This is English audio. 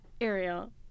Ariel